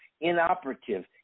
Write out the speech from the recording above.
inoperative